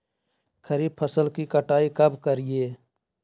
खरीफ फसल की कटाई कब करिये?